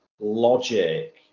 logic